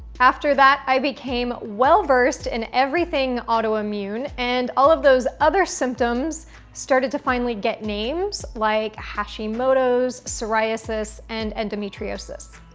after that i became well versed in everything autoimmune and all of those other symptoms started to finally get names, like hashimoto's, psoriasis, and endometriosis.